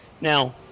Now